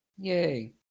Yay